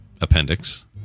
appendix